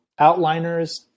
outliners